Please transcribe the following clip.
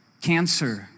cancer